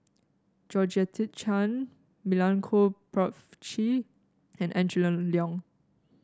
Georgette Chen Milenko Prvacki and Angela Liong